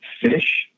fish